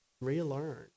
relearn